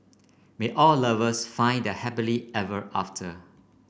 may all lovers find their happily ever after